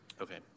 Okay